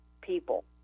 people